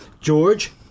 George